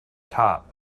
top